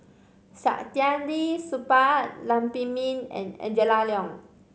Saktiandi Supaat Lam Pin Min and Angela Liong